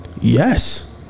Yes